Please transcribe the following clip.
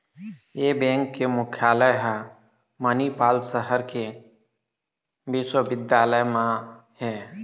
ए bank के मुख्यालय ह मनिपाल सहर के बिस्वबिद्यालय म हे